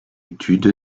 étude